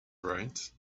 right